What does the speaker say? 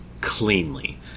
cleanly